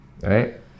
Right